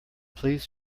please